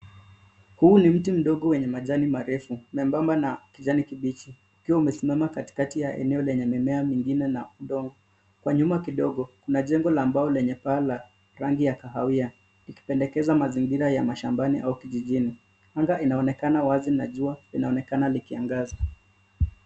Huu ni mti mdogo wenye majani marefu mebamba na kijani kibichi ukiwa umesimama katikati ya eneo lenye mimea mingine na udongo. Kwa nyuma kidogo kuna jengo la mbao lenye paa la rangi ya kahawia ikipendekeza mazingira ya mashambani au kijijini. Anga inaonekana wazi na jua inaonekana likiangaza.